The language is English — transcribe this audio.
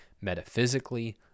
metaphysically